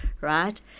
right